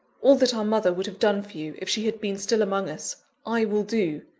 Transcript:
all that our mother would have done for you, if she had been still among us, i will do.